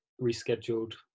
rescheduled